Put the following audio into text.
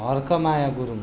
Harkamaya Gurung